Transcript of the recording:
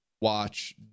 watch